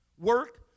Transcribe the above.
work